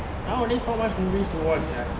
nowadays not much movies to watch sia